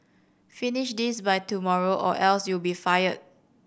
finish this by tomorrow or else you'll be fired